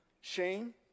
shame